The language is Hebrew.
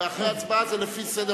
ואחרי ההצבעה זה לפי סדר